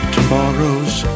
Tomorrow's